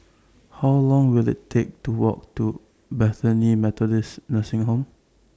How Long Will IT Take to Walk to Bethany Methodist Nursing Home